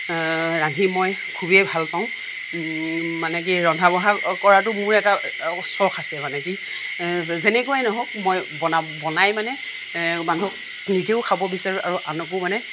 ৰান্ধি মই খুবেই ভাল পাওঁ মানে কি ৰন্ধা বঢ়া কৰাতো মোৰ এটা চখ আছে মানে কি যেনেকুৱাই নহওক মই বনা বনাই মানে মানুহক নিজেও খাব বিচাৰোঁ আৰু আনকো মানে